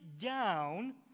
down